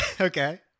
Okay